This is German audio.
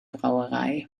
brauerei